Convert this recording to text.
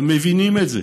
הם מבינים את זה.